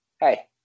hey